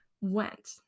went